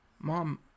Mom